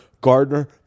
Gardner